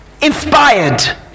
inspired